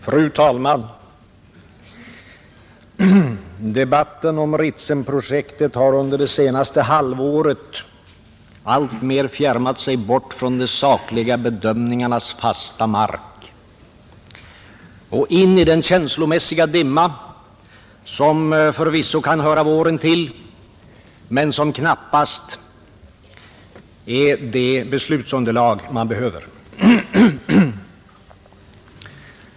Fru talman! Debatten om Ritsemprojektet har under det senaste halvåret alltmer fjärmat sig från de sakliga bedömningarnas fasta mark och in i den känslomässiga dimma som förvisso kan höra våren till men som knappast är det beslutsunderlag man behöver.